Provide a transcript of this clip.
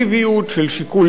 של שיקול דעת